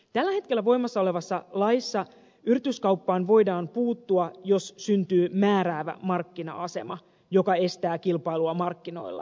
tällä hetkellä voimassa olevassa laissa yrityskauppaan voidaan puuttua jos syntyy määräävä markkina asema joka estää kilpailua markkinoilla